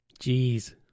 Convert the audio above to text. Jeez